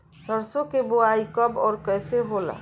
सरसो के बोआई कब और कैसे होला?